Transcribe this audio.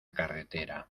carretera